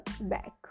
back